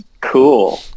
cool